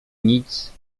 nic